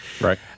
right